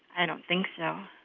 i don't think so